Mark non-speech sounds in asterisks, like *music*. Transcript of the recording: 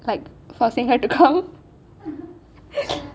like forcing her to come *laughs*